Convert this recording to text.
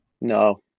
No